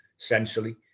essentially